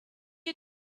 you